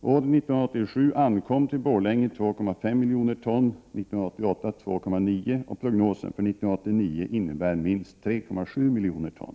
År 1987 ankom till Borlänge 2,5 milj. ton, år 1988 ankom 2,9 och prognosen för år 1989 innebär minst 3,7 milj. ton.